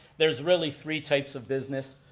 there's really three types of business.